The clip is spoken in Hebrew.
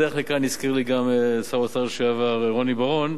בדרך לכאן הזכיר לי גם שר האוצר לשעבר רוני בר-און,